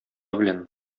белән